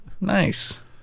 Nice